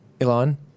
Elon